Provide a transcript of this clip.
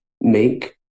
make